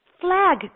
flag